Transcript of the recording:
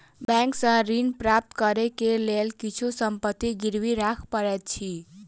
bank सॅ ऋण प्राप्त करै के लेल किछु संपत्ति गिरवी राख पड़ैत अछि